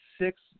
six –